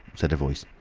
said a voice.